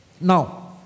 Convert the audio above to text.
Now